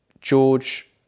George